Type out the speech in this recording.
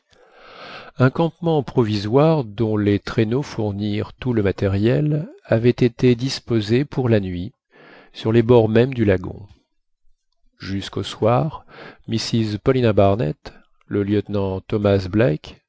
un campement provisoire dont les traîneaux fournirent tout le matériel avait été disposé pour la nuit sur les bords mêmes du lagon jusqu'au soir mrs paulina barnett le lieutenant thomas black